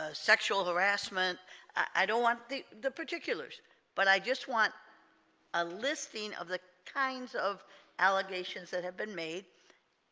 ah sexual harassment i don't want the the particulars but i just want a listing of the kinds of allegations that have been made